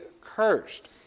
cursed